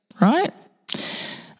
right